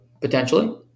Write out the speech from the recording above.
Potentially